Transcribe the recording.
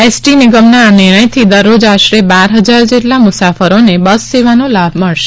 ST નિગમના આ નિર્ણયથી દરરોજ આશરે બાર હજાર જેટલા મુસાફરોને બસસેવાનો લાભ મળશે